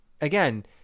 again